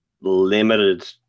limited